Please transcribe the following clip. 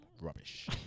rubbish